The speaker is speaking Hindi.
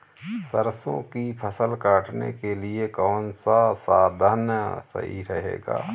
सरसो की फसल काटने के लिए कौन सा साधन सही रहेगा?